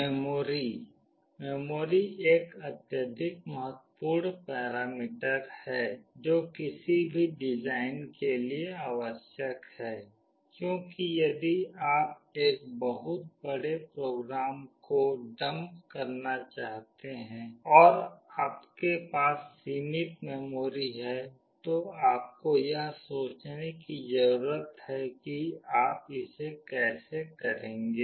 memory memory एक अत्यधिक महत्वपूर्ण पैरामीटर है जो किसी भी डिज़ाइन के लिए आवश्यक है क्योंकि यदि आप एक बहुत बड़े प्रोग्राम को डंप करना चाहते हैं और आपके पास सीमित मेमोरी है तो आपको यह सोचने की ज़रूरत है कि आप इसे कैसे करेंगे